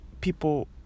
people